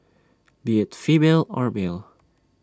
be IT female or male